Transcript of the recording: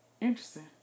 Interesting